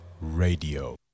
Radio